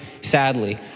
sadly